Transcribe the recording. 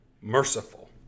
merciful